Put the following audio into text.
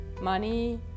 money